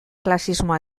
klasismoa